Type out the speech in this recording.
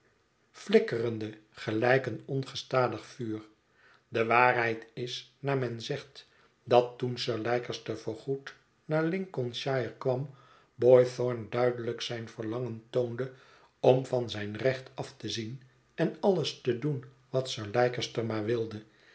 flikkerende gelijk een ongestadig vuur de waarheid is naar men zegt dat toen sir leicester voorgoed naar lincolnshire kwam boythorn duidelijk zijn verlangen toonde om van zijn recht af te zien en alles te doen wat sir leicester maar wilde